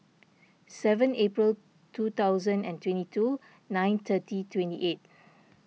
seven April two thousand and twenty two nine thirty twenty eight